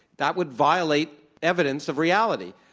that would violate evidence of reality.